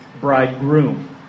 bridegroom